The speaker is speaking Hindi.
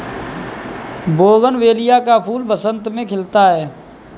बोगनवेलिया का फूल बसंत में खिलता है